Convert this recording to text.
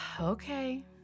Okay